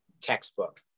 textbook